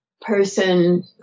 person